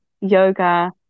yoga